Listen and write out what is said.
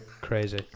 Crazy